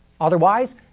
Otherwise